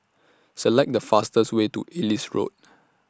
Select The fastest Way to Ellis Road